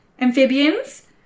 Amphibians